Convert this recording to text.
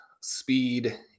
speed